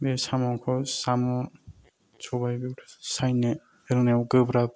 बे साम'खौ साम' सबायबो सायनायाव गोब्राब